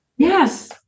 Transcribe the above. Yes